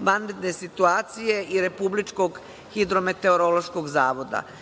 vanredne situacije i Republičkog hidrometeorološkog zavoda. Znate,